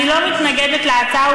אני לא מתנגדת להצעה,